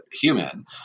human